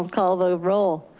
um call the roll.